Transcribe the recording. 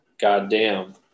Goddamn